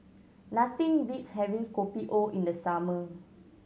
nothing beats having Kopi O in the summer